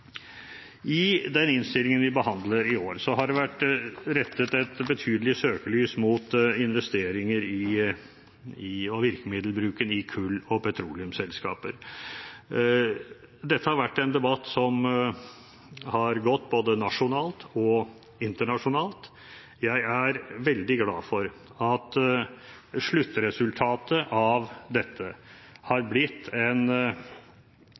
I den innstillingen vi behandler i år, har det vært rettet et betydelig søkelys mot investeringer og virkemiddelbruken i kull- og petroleumsselskaper. Dette har vært en debatt som har gått både nasjonalt og internasjonalt. Jeg er veldig glad for at sluttresultatet av dette har blitt en